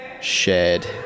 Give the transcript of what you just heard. shared